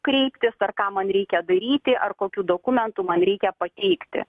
kreiptis ar ką man reikia daryti ar kokių dokumentų man reikia pateikti